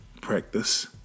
practice